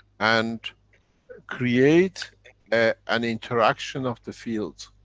and create an interaction of the fields